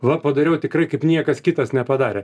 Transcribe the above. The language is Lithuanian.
va padariau tikrai kaip niekas kitas nepadarė